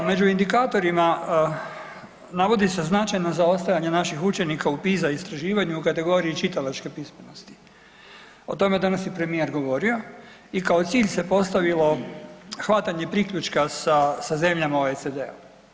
Među indikatorima navodi se značajno zaostajanje naših učenika u PISA istraživanju u kategoriji čitalačke pismenosti, o tome je danas i premijer govorio i kao cilj se postavilo hvatanje priključka sa zemljama OECD-a.